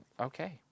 Okay